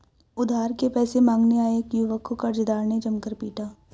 उधार के पैसे मांगने आये एक युवक को कर्जदार ने जमकर पीटा